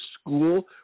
school